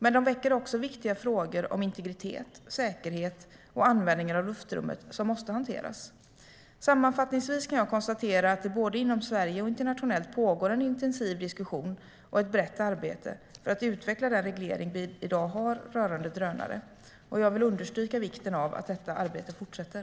Men de väcker också viktiga frågor om integritet, säkerhet och användningen av luftrummet som måste hanteras. Sammanfattningsvis kan jag konstatera att det både inom Sverige och internationellt pågår en intensiv diskussion och ett brett arbete för att utveckla den reglering vi i dag har rörande drönare. Jag vill understryka vikten av att detta arbete fortsätter.